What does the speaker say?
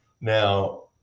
Now